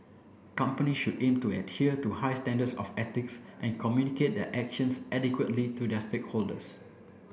company should aim to adhere to high standards of ethics and communicate their actions adequately to their stakeholders